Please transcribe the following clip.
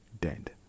dead